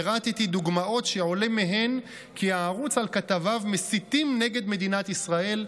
פירטתי דוגמאות שעולה מהן כי הערוץ על כתביו מסיתים נגד מדינת ישראל,